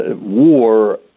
war